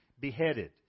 beheaded